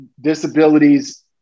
disabilities